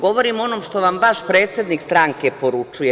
Govorim o onom što vam vaš predsednik stranke poručuje.